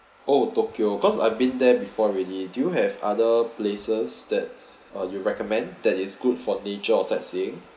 oh tokyo cause I've been there before really do have other places that you recommend that is good for nature or sightseeing